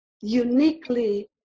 uniquely